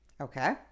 Okay